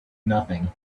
nothing